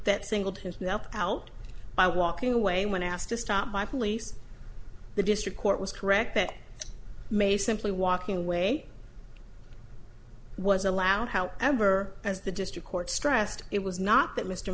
that singled him out by walking away when asked to stop by police the district court was correct that may simply walking away was allowed however as the district court stressed it was not that mr